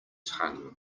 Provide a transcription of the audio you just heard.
tongue